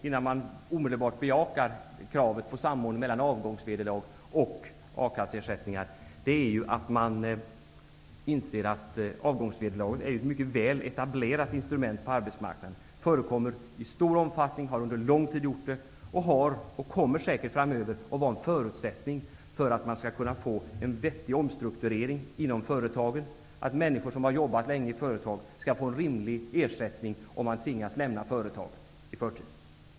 Innan man omedelbart bejakar kravet på en samordning mellan avgångsvederlag och akasseersättningar är det viktigt att man inser att detta med avgångsvederlag är ett mycket väl etablerat instrument på arbetsmarknaden. Detta instrument används i stor omfattning, och så har det varit under lång tid. Det kommer säkert också framöver att vara en förutsättning för att det skall gå att få till stånd en vettig omstrukturering inom företagen. Människor som har jobbat länge i ett företag skall få rimlig ersättning, om de tvingas lämna företaget i förtid.